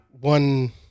one